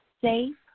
safe